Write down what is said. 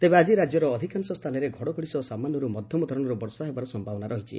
ତେବେ ଆକି ରାକ୍ୟର ଅଧିକାଂଶ ସ୍ଥାନରେ ଘଡ଼ଘଡ଼ି ସହ ସାମାନ୍ୟରୁ ମଧ୍ଧମ ଧରଣର ବର୍ଷା ହେବାର ସୟାବନା ରହିଛି